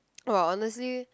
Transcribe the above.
!wah! honestly